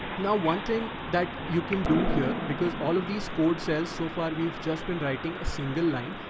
now one thing that you can do here, because all of these code cells so far we've just been writing a single line,